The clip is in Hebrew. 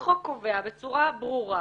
החוק קובע בצורה ברורה